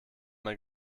mein